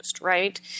right